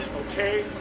okay,